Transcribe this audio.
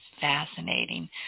fascinating